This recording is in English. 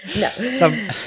No